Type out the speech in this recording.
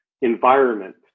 environment